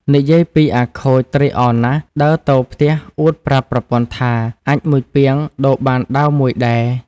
និយាយពីអាខូចត្រេកអរណាស់ ដើរទៅផ្ទះអួតប្រាប់ ប្រពន្ធថា “អាចម៏មួយពាងដូរបានដាវ១ដែរ ” ។